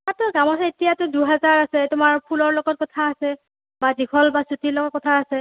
দাম আছে এতিয়াতো দুজেহাৰ আছে তোমাৰ ফুলৰ লগত কথা আছে বা দীঘল বা চুটিৰ লগত কথা আছে